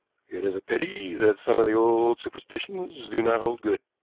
it is a pity that some of the old superstitions do not hold good,